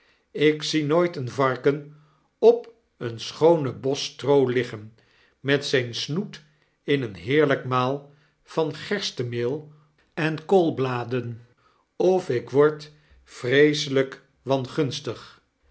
ik zie nooit een varken op een schoonen bos stroo liggen met zijn snoet in een heerlijk maal van gerstemeel en koolbladen of ik word vreeselyk wangunstig